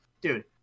Dude